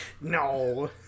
no